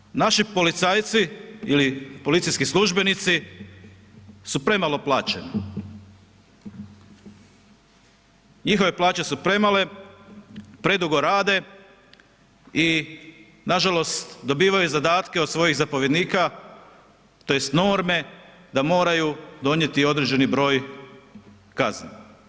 Nažalost naši policajci ili policijski službenici su premalo plaćeni, njihove plaće su premale, predugo rade i nažalost dobivaju zadatke od svojih zapovjednika, tj. norme da moraju donijeti određeni broj kazni.